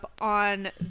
on